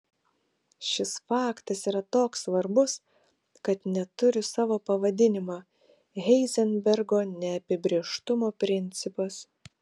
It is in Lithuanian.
šis faktas yra toks svarbus kad net turi savo pavadinimą heizenbergo neapibrėžtumo principas